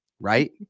Right